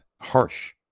harsh